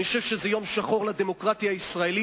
אני חושב שזה יום שחור לדמוקרטיה הישראלית,